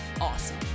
awesome